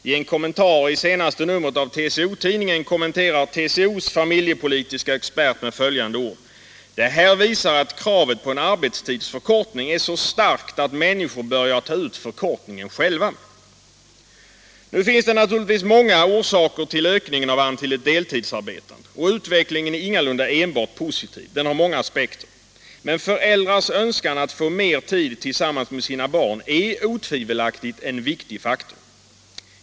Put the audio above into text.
I en kommentar i senaste numret av TCO-tidningen säger TCO:s familjepolitiska expert följande ord: ”Det här visar att kravet på en arbetstidsförkortning är så starkt att människor börjar ta ut förkortningen själva.” Nu finns det naturligtvis många orsaker till ökningen av antalet deltidsarbetande. Och utvecklingen är ingalunda enbart positiv, den har många aspekter. Men föräldrars önskan att få mer tid tillsammans med sina barn är otvivelaktigt en viktig faktor.